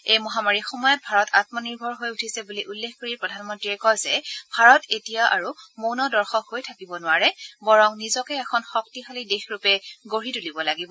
এই মহামাৰীৰ সময়ত ভাৰত আম্মনিৰ্ভৰ হৈ উঠিছে বুলি উল্লেখ কৰি প্ৰধানমন্ত্ৰীয়ে কয় যে ভাৰত এতিয়া আৰু মৌন দৰ্শক হৈ থাকিব নোৱাৰে বৰং নিজকে এখন শক্তিশালী দেশৰূপে গঢ়ি তুলিব লাগিব